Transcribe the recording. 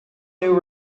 new